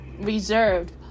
reserved